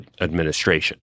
administration